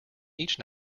each